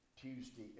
Tuesday